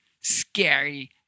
scary